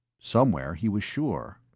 somewhere, he was sure.